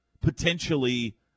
potentially